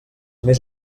més